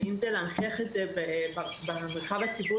ואם זה להנכיח את זה במרחב הציבורי,